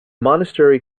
monastery